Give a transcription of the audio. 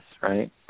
right